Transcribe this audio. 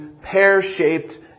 pear-shaped